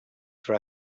for